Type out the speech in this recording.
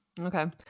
Okay